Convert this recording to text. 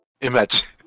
Imagine